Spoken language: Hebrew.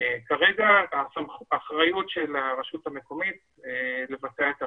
כרגע האחריות של הרשות המקומית לבצעה את הרישום,